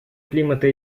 климата